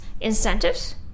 incentives